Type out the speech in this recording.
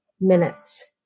minutes